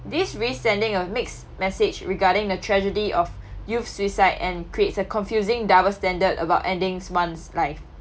this risks sending a mixed message regarding the tragedy of youth suicide and creates a confusing double standard about endings one's life